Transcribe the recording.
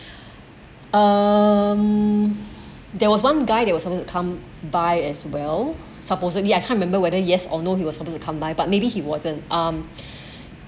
um there was one guy there were supposed to come by as well supposedly I can't remember whether yes or no he was supposed to come by but maybe he wasn't um